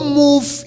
move